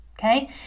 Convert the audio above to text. okay